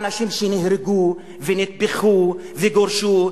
האנשים שנהרגו ונטבחו וגורשו,